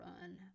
run